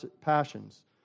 passions